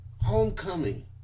Homecoming